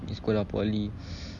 pergi sekolah poly